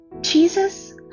Jesus